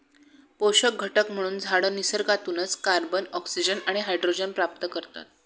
पोषक घटक म्हणून झाडं निसर्गातूनच कार्बन, ऑक्सिजन आणि हायड्रोजन प्राप्त करतात